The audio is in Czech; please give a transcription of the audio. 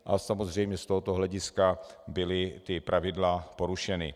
Ale samozřejmě z tohoto hlediska byla ta pravidla porušena.